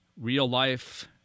real-life